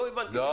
לא הבנתי.